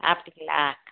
அப்படிங்களா